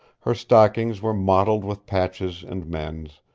her stockings were mottled with patches and mends,